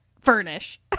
furnish